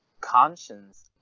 conscience